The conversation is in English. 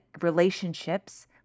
relationships